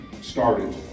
started